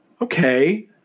okay